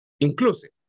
inclusive